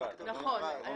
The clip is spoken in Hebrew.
נכון כי זה בנפרד.